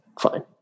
Fine